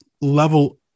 level